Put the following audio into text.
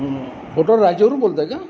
hotel Raje वरून बोलताय का